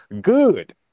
good